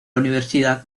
universidad